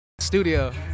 studio